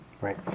right